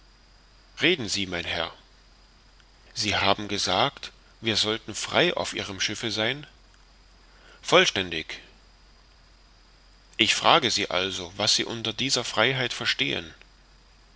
reden sie mein herr sie haben gesagt wir sollten frei auf ihrem schiffe sein vollständig ich frage sie also was sie unter dieser freiheit verstehen